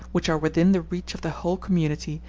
which are within the reach of the whole community,